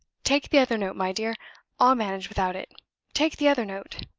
take the other note, my dear i'll manage without it take the other note.